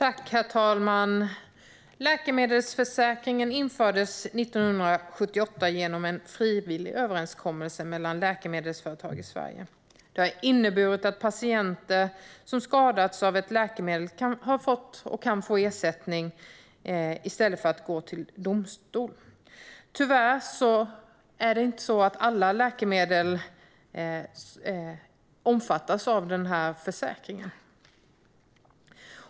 Herr talman! Läkemedelsförsäkringen infördes 1978 genom en frivillig överenskommelse mellan läkemedelsföretag i Sverige. Det har inneburit att patienter som skadats av ett läkemedel har fått och kan få ersättning i stället för att gå till domstol. Tyvärr omfattas inte alla läkemedel av den här försäkringen.